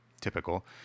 typical